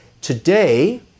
Today